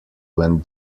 when